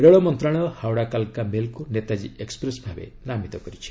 ରେଳ ମନ୍ତ୍ରଣାଳୟ ହାଓଡ଼ା କାଲ୍କା ମେଲ୍କୁ ନେତାଜୀ ଏକ୍ନପ୍ରେସ୍ ଭାବେ ନାମିତ କରିଛି